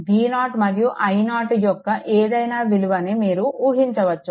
V0 మరియు i0 యొక్క ఏదైనా విలువను మీరు ఊహించవచ్చు